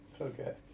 Okay